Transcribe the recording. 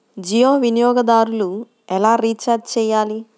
జియో వినియోగదారులు ఎలా రీఛార్జ్ చేయాలి?